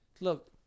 Look